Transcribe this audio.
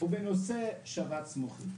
בנושא שבץ מוחי,